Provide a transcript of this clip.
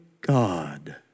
God